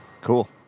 Cool